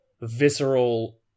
visceral